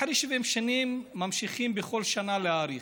אחרי 70 שנים ממשיכים בכל שנה להאריך.